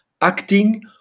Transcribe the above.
acting